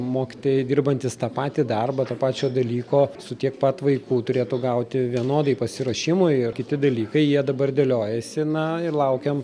mokytojai dirbantys tą patį darbą to pačio dalyko su tiek pat vaikų turėtų gauti vienodai pasiruošimui ir kiti dalykai jie dabar dėliojasi na ir laukiam